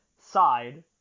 side